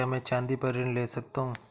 क्या मैं चाँदी पर ऋण ले सकता हूँ?